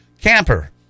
Camper